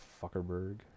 fuckerberg